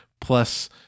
plus